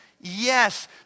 Yes